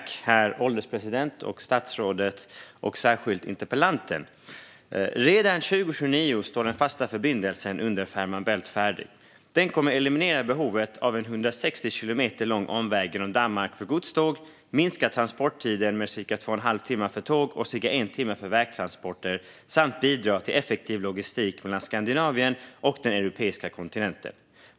Herr ålderspresident! Tack till statsrådet och särskilt till interpellanten! Redan 2029 står den fasta förbindelsen under Fehmarn Bält färdig. Den kommer att eliminera behovet av en 160 kilometer lång omväg genom Danmark för godståg, minska transporttiden med cirka två och en halv timme för tåg och cirka en timme för vägtransporter samt bidra till effektiv logistik mellan Skandinavien och den europeiska kontinenten.